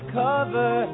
cover